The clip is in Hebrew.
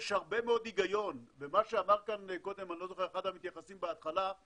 יש הרבה מאוד היגיון במה שאמר כאן קודם אחד המתייחסים בהתחלה,